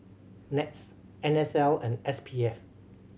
NETS N S L and S P F